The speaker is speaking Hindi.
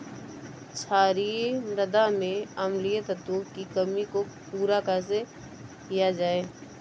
क्षारीए मृदा में अम्लीय तत्वों की कमी को पूरा कैसे किया जाए?